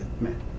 man